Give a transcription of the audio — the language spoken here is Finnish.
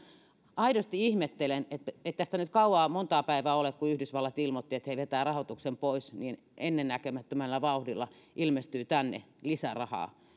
aidosti ihmettelen kun ei tästä nyt kauan monta päivää ole kun yhdysvallat ilmoitti että he vetävät rahoituksen pois että ennennäkemättömällä vauhdilla ilmestyy tänne lisärahaa